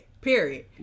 Period